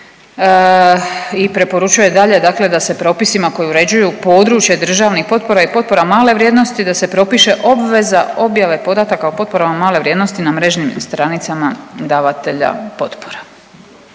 i preporučuje dalje, dakle da se propisima koji uređuju područje državnih potpora i potpora male vrijednosti, da se propiše obveza objave podataka o potporama male vrijednosti na mrežnim stranicama davatelja potpora.